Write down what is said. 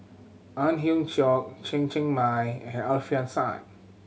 Ang Hiong Chiok Chen Cheng Mei and Alfian Sa'at